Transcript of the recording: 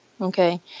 okay